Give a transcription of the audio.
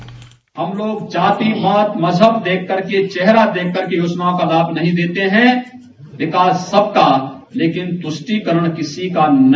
bite हम लोग जातिवाद मज़हब देखकर के चेहरा देख करके योजनाओं का लाभ नहीं देते हैं विकास सबका लेकिन तृष्टिकरण किसी का नहीं